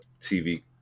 TV